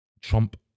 Trump